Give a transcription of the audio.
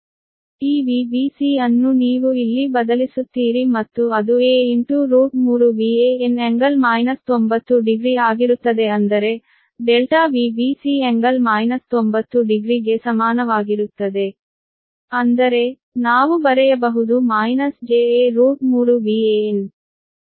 ಈ Vbc ಅನ್ನು ನೀವು ಇಲ್ಲಿ ಬದಲಿಸುತ್ತೀರಿ ಮತ್ತು ಅದು a3Van∟ 900 ಆಗಿರುತ್ತದೆ ಅಂದರೆ ∆Vbc ∟ 900 ಗೆ ಸಮಾನವಾಗಿರುತ್ತದೆ ಅಂದರೆ ನಾವು ಬರೆಯಬಹುದು j a3Van